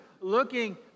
looking